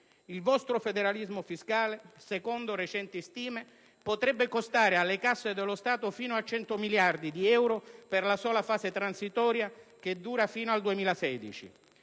Il vostro federalismo fiscale, secondo recenti stime, potrebbe costare alle casse dello Stato fino a 100 miliardi di euro per la sola fase transitoria (che dura fino al 2016).